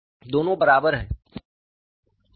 दोनों बराबर हैं